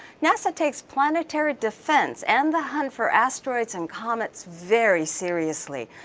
nasa takes planetary defense, and the hunt for asteroids and comets very seriously.